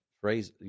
phrase